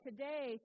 Today